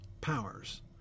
powers